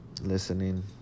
listening